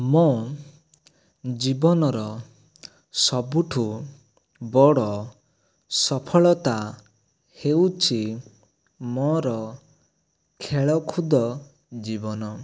ମୋ ଜୀବନର ସବୁଠୁ ବଡ଼ ସଫଳତା ହେଉଛି ମୋର ଖେଳକୁଦ ଜୀବନ